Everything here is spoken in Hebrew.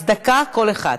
אז דקה לכל אחת,